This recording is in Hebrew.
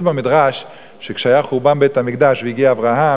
כתוב במדרש שכשהיה חורבן בית-המקדש והגיעו אברהם,